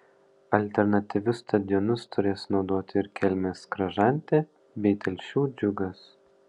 alternatyvius stadionus turės naudoti ir kelmės kražantė bei telšių džiugas